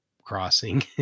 crossing